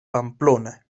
pamplona